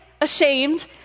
ashamed